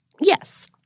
yes